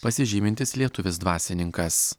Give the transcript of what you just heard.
pasižymintis lietuvis dvasininkas